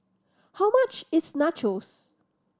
how much is Nachos